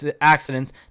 accidents